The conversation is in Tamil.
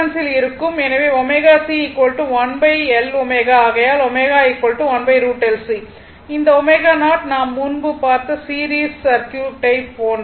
எனவே ωC 1 L ω ஆகையால் ω 1 √LC இந்த ω0 நாம் முன்பு பார்த்த சீரிஸ் சர்க்யூட் போன்றது